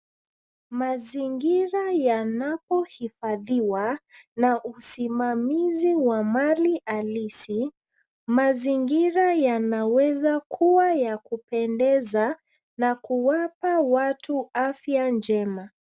Mazingira yanapohifadhiwa na usimamizi wa mali halisi ,mazingira yanaweza kuwa ya kupendeza, na kuwapa watu afya njema.